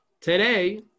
Today